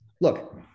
look